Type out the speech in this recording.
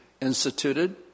instituted